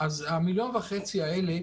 אז המיליון וחצי האלו,